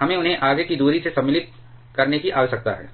हमें उन्हें आगे की दूरी से सम्मिलित करने की आवश्यकता है